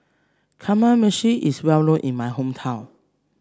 Kamameshi is well known in my hometown